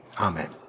Amen